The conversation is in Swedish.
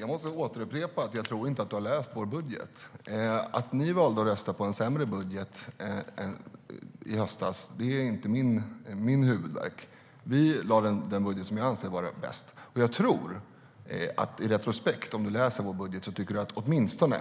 Herr talman! Jag tror inte att du har läst vår budget. Att ni valde att rösta på en sämre budget i höstas är inte min huvudvärk. Vi lade fram den budget som vi ansåg vara bäst. Om du läser vår budget tycker du nog retrospektivt att den åtminstone